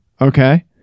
Okay